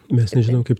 mes nežinom kaip